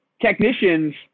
technicians